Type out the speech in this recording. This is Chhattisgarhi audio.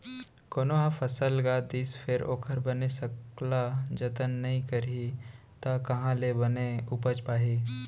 कोनो ह फसल गा दिस फेर ओखर बने सकला जतन नइ करही त काँहा ले बने उपज पाही